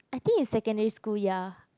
I think is secondary school ya